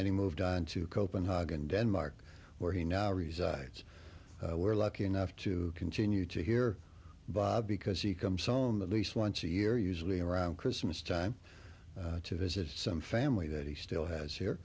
then he moved on to copenhagen denmark where he now resides we're lucky enough to continue to hear bob because he comes home at least once a year usually around christmas time to visit some family that he still has here